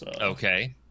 Okay